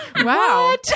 wow